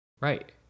right